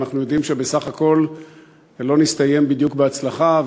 אבל אנחנו יודעים שבסך הכול זה לא הסתיים בדיוק בהצלחה,